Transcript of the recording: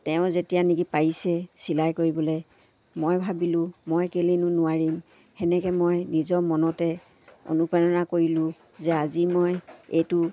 তেওঁ যেতিয়া নেকি পাইছে চিলাই কৰিবলে মই ভাবিলোঁ মই কেইনো নোৱাৰিম সেনেকে মই নিজৰ মনতে অনুপ্ৰেৰণা কৰিলোঁ যে আজি মই এইটো